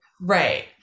right